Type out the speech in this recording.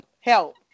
help